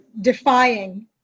defying